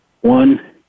one